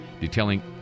Detailing